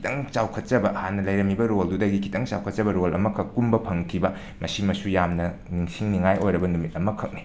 ꯈꯤꯇꯪ ꯆꯥꯎꯈꯠꯆꯕ ꯍꯥꯟꯅ ꯂꯩꯔꯝꯃꯤꯕ ꯔꯣꯜꯗꯨꯗꯒꯤ ꯈꯤꯇꯪ ꯆꯥꯎꯈꯠꯆꯕ ꯔꯣꯜ ꯑꯃꯈꯛ ꯀꯨꯝꯕ ꯐꯪꯈꯤꯕ ꯃꯁꯤꯃꯁꯨ ꯌꯥꯝꯅ ꯅꯤꯡꯁꯤꯡꯅꯤꯉꯥꯏ ꯑꯣꯏꯔꯕ ꯅꯨꯃꯤꯠ ꯑꯃꯈꯛꯅꯤ